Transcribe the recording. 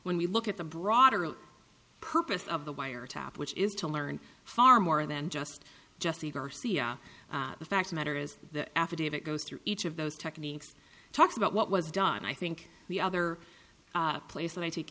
when we look at the broader purpose of the wiretap which is to learn far more than just just the garcia the fact matter is the affidavit goes through each of those techniques talks about what was done i think the other place that i take